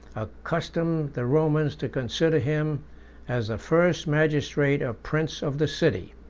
accustomed the romans to consider him as the first magistrate or prince of the city.